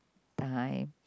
time